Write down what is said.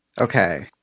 Okay